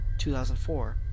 2004